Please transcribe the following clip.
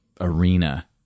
arena